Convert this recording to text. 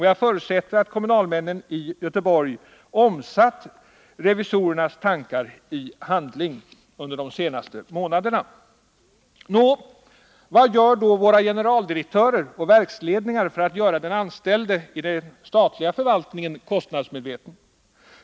Jag förutsätter att kommunalmännen i Göteborg har omsatt revisorernas tankar i handling under de senaste månaderna. Vad gör våra generaldirektörer och verksledningar för att göra den anställde i den statliga förvaltningen kostnadsmedveten?